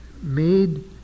made